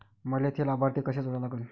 मले थे लाभार्थी कसे जोडा लागन?